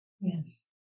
Yes